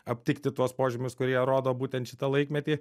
aptikti tuos požymius kurie rodo būtent šitą laikmetį